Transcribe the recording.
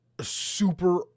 super